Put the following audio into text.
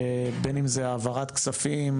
בין אם זה העברת כספים